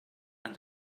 and